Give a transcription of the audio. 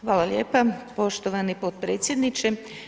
Hvala lijepa poštovani potpredsjedniče.